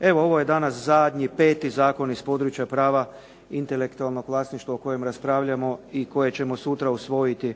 Evo, ovo je danas zadnji peti zakon iz područja prava intelektualnog vlasništva o kojem raspravljamo i koje ćemo sutra usvojiti.